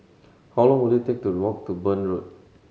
how long will it take to walk to Burn Road